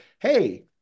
hey